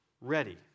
ready